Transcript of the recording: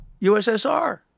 USSR